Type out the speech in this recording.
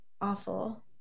awful